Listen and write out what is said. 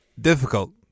difficult